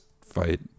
fight